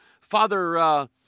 Father